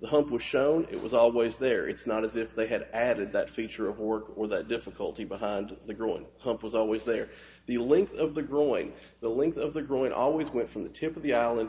the hope was shown it was always there it's not as if they had added that feature of work or the difficulty behind the growing hump was always there the length of the growing the link of the growing always went from the tip of the island